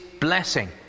blessing